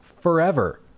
forever